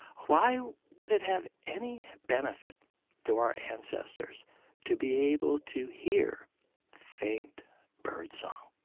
why would it have any benefit to our ancestors to be able to hear faint birdsong?